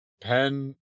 Pen